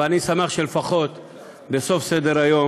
אבל אני שמח שלפחות בסוף סדר-היום